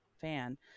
fan